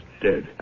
dead